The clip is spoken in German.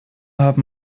haben